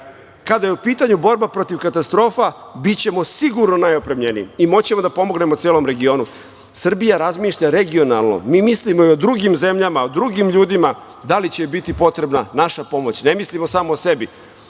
Kada je u pitanju borba protiv katastrofa, bićemo sigurno najopremljeniji i moći ćemo da pomognemo celom regionu. Srbija razmišlja regionalno. Mi mislimo i o drugim zemljama, drugim ljudima, da li će im biti potrebna naša pomoć. Ne mislimo samo o sebi. Kad